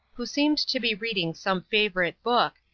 who seemed to be reading some favorite book,